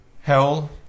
Hell